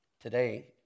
today